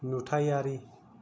नुथायारि